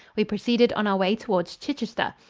we proceeded on our way towards chichester.